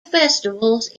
festivals